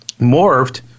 morphed